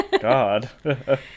God